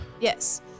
yes